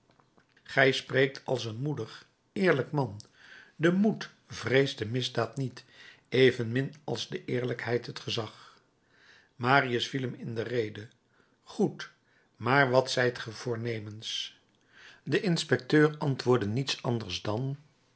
gij spreekt als een moedig eerlijk man de moed vreest de misdaad niet evenmin als de eerlijkheid het gezag marius viel hem in de rede goed maar wat zijt ge voornemens de inspecteur antwoordde niets anders dan